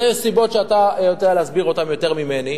זה מסיבות שאתה יודע להסביר אותן יותר ממני.